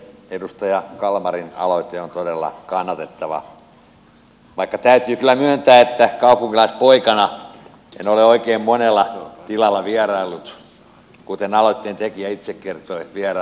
edustaja kalmarin aloite on todella kannatettava vaikka täytyy kyllä myöntää että kaupunkilaispoikana en ole oikein monella tilalla vieraillut kuten aloitteen tekijä itse kertoi vierailleensa